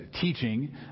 teaching